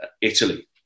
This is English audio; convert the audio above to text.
Italy